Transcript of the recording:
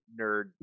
nerd